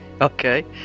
Okay